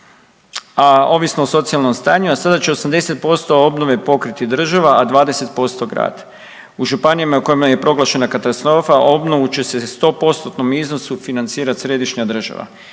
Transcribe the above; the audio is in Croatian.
a ovisno o socijalnom stanju, a sada će 80% obnove pokriti država, a 20% grad. U županijama u kojima je proglašena katastrofa obnovu će u stopostotnom iznosu financirati središnja država.